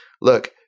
look